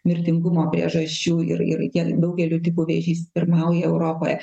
mirtingumo priežasčių ir ir kiek daugeliu tipų vėžys pirmauja europoje